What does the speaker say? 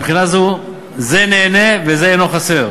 בבחינת זה נהנה וזה אינו חסר.